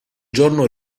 giorno